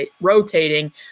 rotating